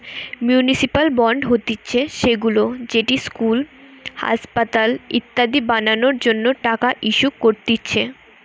municipal bond হতিছে সেইগুলা যেটি ইস্কুল, আসপাতাল ইত্যাদি বানানোর জন্য টাকা ইস্যু করতিছে